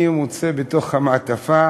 ואני מוצא בתוך המעטפה